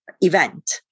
event